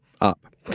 up